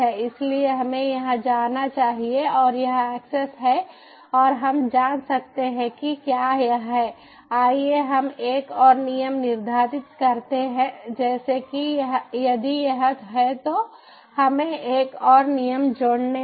इसलिए हमें यहां जाना है और यह एक्सेस है और हम जांच सकते हैं कि क्या यह है आइए हम एक और नियम निर्धारित करते हैं जैसे कि यदि यह है तो हमें एक और नियम जोड़ने दें